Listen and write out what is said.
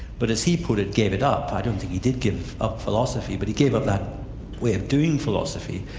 but as he put it, gave it up. i don't think he did give up philosophy, but he gave up that way of doing philosophy,